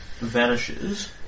vanishes